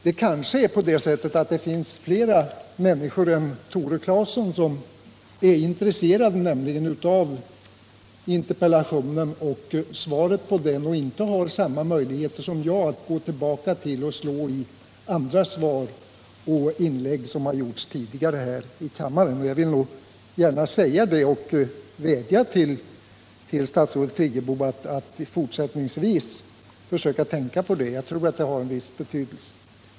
Det kan nämligen hända att flera människor än Tore Claeson är intresserade av interpellationen och svaret på den, människor som inte har samma möjligheter som jag att gå tillbaka till svar som lämnats och inlägg som gjorts tidigare här i kammaren. Jag vill gärna vädja till statsrådet Friggebo att hon fortsättningsvis försöker tänka på det; jag tror att det har en viss betydelse.